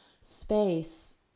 Space